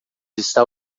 está